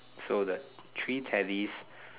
so that three Teddys